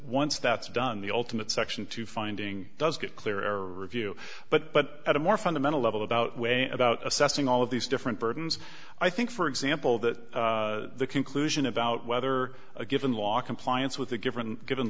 once that's done the ultimate section two finding does get clearer view but at a more fundamental level about way about assessing all of these different burdens i think for example that the conclusion about whether a given law compliance with a given given